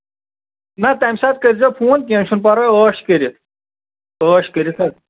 نہ تَمہِ ساتہٕ کٔرۍزیو فون کیںہہ چھُنہٕ پَرواے عٲش کٔرِتھ عٲش کٔرِتھ حظ